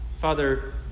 Father